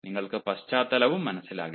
നിങ്ങൾക്ക് പശ്ചാത്തലവും മനസ്സിലാകില്ല